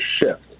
shift